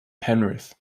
penrith